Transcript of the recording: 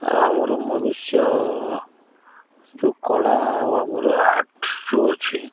ଆମର ମନୁଷ୍ୟ ଯୋଉ କଳା ଆଉ ଆମର ଆର୍ଟ ଯେଉଁ ଅଛି